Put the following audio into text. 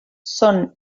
són